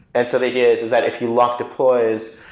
and so the idea is is that if you lock deploys,